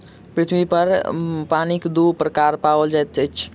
पृथ्वी पर पानिक दू प्रकार पाओल जाइत अछि